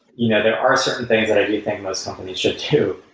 you know there are certain things that i do think most companies should do.